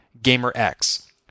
GamerX